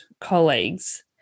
colleagues